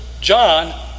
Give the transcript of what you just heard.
John